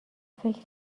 فکر